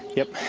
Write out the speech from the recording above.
yep.